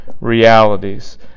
realities